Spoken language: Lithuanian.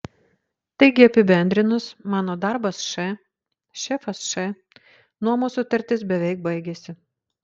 taigi apibendrinus mano darbas š šefas š nuomos sutartis beveik baigiasi